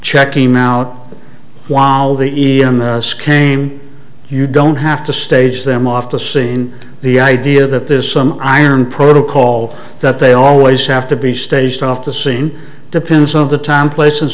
check him out while the e m s came you don't have to stage them off the the scene idea that there's some iron protocol that they always have to be staged off the scene depends of the time place